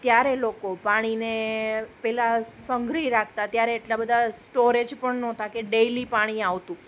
ત્યારે લોકો પાણીને પહેલાં સંગ્રહી રાખતા ત્યારે એટલા બધા સ્ટોરેજ પણ નહોતા કે ડેલી પાણી આવતું